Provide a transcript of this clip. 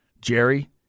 Jerry